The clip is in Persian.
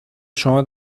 شما